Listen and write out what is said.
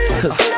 cause